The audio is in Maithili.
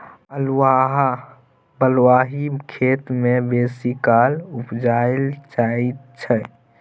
अल्हुआ बलुआही खेत मे बेसीकाल उपजाएल जाइ छै